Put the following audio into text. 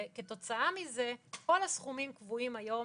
כתוצאה מזה כל הסכומים קבועים היום